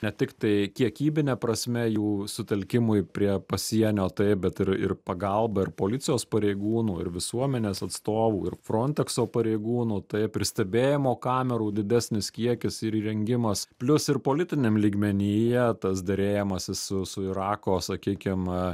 ne tiktai kiekybine prasme jų sutelkimui prie pasienio taip bet ir ir pagalba ir policijos pareigūnų ir visuomenės atstovų ir frontekso pareigūnų taip ir stebėjimo kamerų didesnis kiekis ir įrengimas plius ir politiniam lygmenyje tas derėjimasis su su irako sakykim